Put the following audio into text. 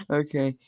okay